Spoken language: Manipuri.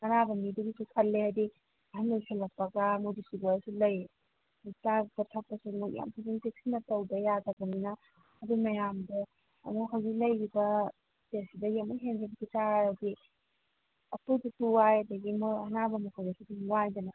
ꯑꯅꯥꯕ ꯃꯤꯗꯨꯒꯤꯁꯨ ꯈꯜꯂꯦ ꯍꯥꯏꯗꯤ ꯑꯍꯜ ꯑꯣꯏꯁꯤꯜꯂꯛꯄꯒ ꯃꯣꯏꯗꯤ ꯁꯨꯒꯔꯁꯨ ꯂꯩ ꯑꯗꯒꯤ ꯆꯥꯕ ꯊꯛꯄꯁꯨ ꯑꯃꯨꯛ ꯌꯥꯝ ꯐꯖꯅ ꯆꯦꯛꯁꯤꯟꯅ ꯇꯧꯗ ꯌꯥꯗꯕꯅꯤꯅ ꯑꯗꯨ ꯃꯌꯥꯝꯗꯣ ꯑꯃꯨꯛ ꯍꯧꯖꯤꯛ ꯂꯩꯔꯤꯕ ꯏꯁꯇꯦꯖꯁꯤꯗꯒꯤ ꯑꯃꯨꯛ ꯍꯦꯟꯖꯤꯟꯈꯤ ꯇꯥꯔꯗꯤ ꯑꯩꯈꯣꯏꯗꯁꯨ ꯋꯥꯏ ꯑꯗꯒꯤ ꯃꯣꯏ ꯑꯅꯥꯕ ꯃꯈꯣꯏꯗꯁꯨ ꯑꯗꯨꯝ ꯋꯥꯏꯗꯅ